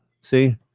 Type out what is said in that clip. See